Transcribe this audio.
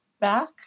back